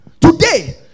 Today